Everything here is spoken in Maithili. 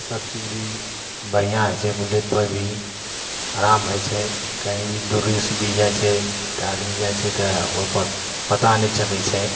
सबचीज भी बढ़िआँ होइ छै बुलेटपर भी आराम रहै छै कहीँ भी दूरीसे भी जाइ छै तऽ आदमी जाइ छै तऽ ओहिपर पता नहि चलै छै